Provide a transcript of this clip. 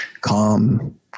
calm